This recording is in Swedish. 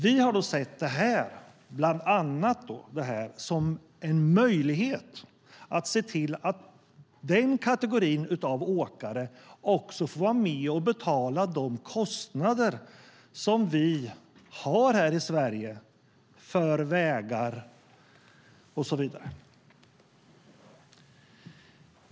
Vi har då sett bland annat kilometerskatten som en möjlighet att se till att den kategorin av åkare också får vara med och betala de kostnader som vi har här i Sverige för vägar och så vidare.